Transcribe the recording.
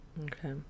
Okay